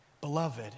Beloved